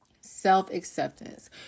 self-acceptance